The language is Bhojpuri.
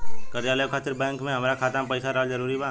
कर्जा लेवे खातिर बैंक मे हमरा खाता मे पईसा रहल जरूरी बा?